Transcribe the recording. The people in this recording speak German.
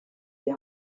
die